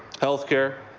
health care,